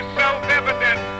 self-evident